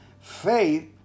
Faith